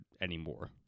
anymore